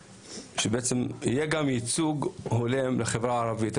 שיהיה גם ייצוג הולם לחברה הישראלית.